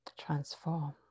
transform